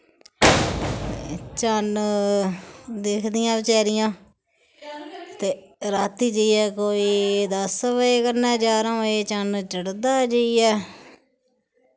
चन्न दिखदियां बेचारियां ते रातीं जाइयै कोई दस बज़े कन्नै जारां बज़े चन्न चढ़दा जाइयै